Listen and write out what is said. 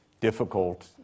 difficult